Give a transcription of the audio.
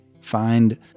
Find